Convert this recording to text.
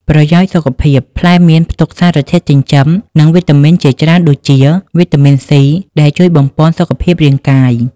ប្រយោជន៍សុខភាព ផ្លែមៀនមានផ្ទុកសារធាតុចិញ្ចឹម និងវីតាមីនជាច្រើនដូចជា វីតាមីន C ដែលជួយបំប៉នសុខភាពរាងកាយ។